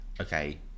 okay